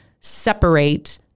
separate